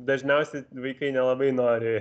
dažniausiai vaikai nelabai nori